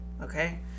okay